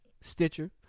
Stitcher